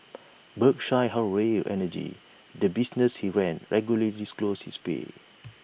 Berkshire Hathaway energy the business he ran regularly disclosed his pay